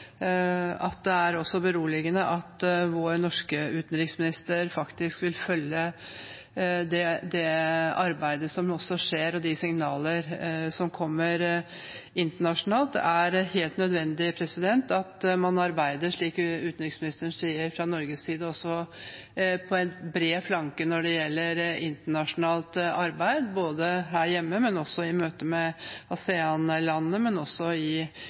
at utenriksminister Tillerson nå tar til orde for sanksjoner. Jeg synes det er beroligende at vår norske utenriksminister faktisk vil følge det arbeidet som skjer, og de signaler som kommer internasjonalt. Det er helt nødvendig at man også fra Norges side arbeider på bred front – slik utenriksministeren sier – når det gjelder internasjonalt arbeid, både her hjemme, i møter med ASEAN-landene og i